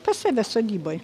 pas save sodyboj